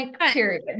period